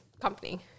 company